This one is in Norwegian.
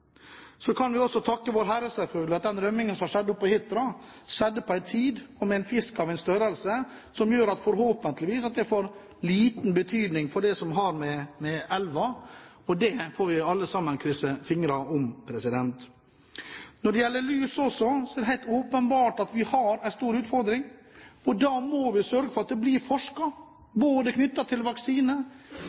Så kan vi selvfølgelig også takke Vårherre for at den rømmingen som skjedde oppe på Hitra, skjedde på en tid og med en fisk av en størrelse som gjør at det forhåpentligvis får liten betydning for elven. Det får vi alle sammen krysse fingrene for. Også når det gjelder lus, er det helt åpenbart at vi har en stor utfordring, og da må vi sørge for at det blir forsket, både